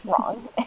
wrong